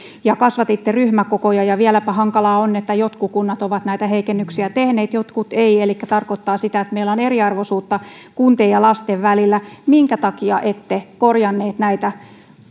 ja kasvatitte ryhmäkokoja ja hankalaa vieläpä on että jotkut kunnat ovat näitä heikennyksiä tehneet jotkut eivät elikkä se tarkoittaa sitä että meillä on eriarvoisuutta kuntien ja lasten välillä minkä takia ette korjanneet näitä